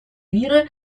мира